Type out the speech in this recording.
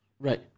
Right